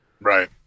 Right